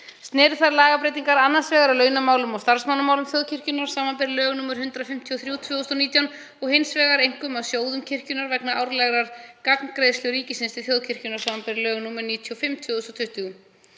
Sneru þær lagabreytingar annars vegar að launamálum og starfsmannamálum þjóðkirkjunnar, samanber lög nr. 153/2019, og hins vegar einkum að sjóðum kirkjunnar vegna árlegrar gagngreiðslu ríkisins til þjóðkirkjunnar, samanber lög nr. 95/2020.